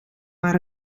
maar